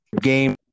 Game